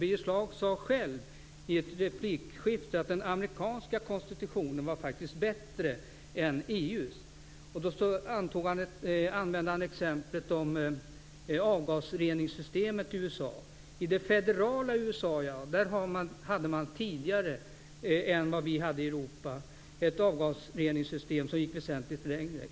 Birger Schlaug sade själv i ett replikskifte att den amerikanska konstitutionen är bättre än EU:s. Han använde exemplet med avgasrening i USA. I det federala USA fattades tidigare än i Europa beslut om långtgående avgasrening.